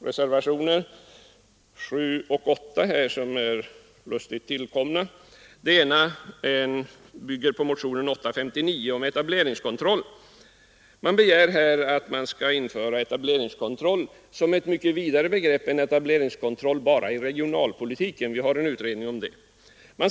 Reservationerna 7 och 8 är lustigt tillkomna. Reservationen 7 bygger på motionen 859 om etableringskontroll. Motionärerna begär att man skall införa etableringskontroll som ett mycket vidare begrepp än etableringskontroll bara i regionalpolitiken, där vi ju redan har en utredning tillsatt i den frågan.